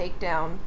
takedown